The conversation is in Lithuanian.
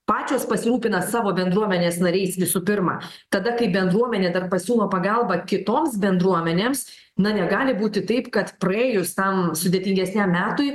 pačios pasirūpina savo bendruomenės nariais visų pirma tada kai bendruomenė dar pasiūlo pagalbą kitoms bendruomenėms na negali būti taip kad praėjus tam sudėtingesniam metui